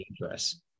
dangerous